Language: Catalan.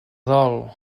dol